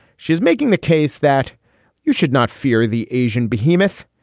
she's making the case that you should not fear the asian behemoth.